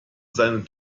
seinem